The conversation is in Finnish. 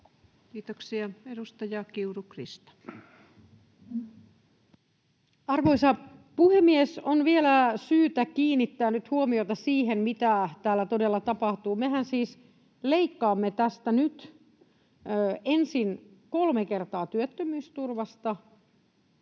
Kiitoksia. — Edustaja Kiuru, Krista. Arvoisa puhemies! On vielä syytä kiinnittää nyt huomiota siihen, mitä täällä todella tapahtuu. Mehän siis leikkaamme tästä nyt ensin kolme kertaa työttömyysturvasta